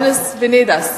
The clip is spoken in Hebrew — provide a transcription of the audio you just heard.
Bienvenido.